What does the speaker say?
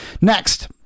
next